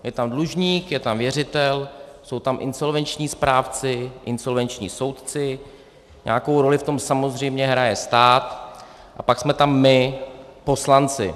Je tam dlužník, je tam věřitel, jsou tam insolvenční správci, insolvenční soudci, nějakou roli v tom samozřejmě hraje stát a pak jsme tam my, poslanci.